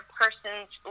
person's